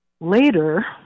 later